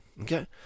okay